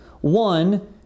One